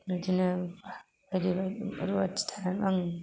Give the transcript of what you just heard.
बिदिनो रुवाथि थानानै आं